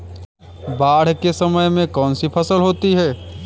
बाढ़ के समय में कौन सी फसल होती है?